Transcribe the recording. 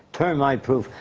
termite proof.